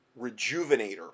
rejuvenator